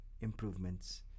improvements